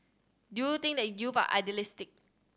do you think that youth are idealistic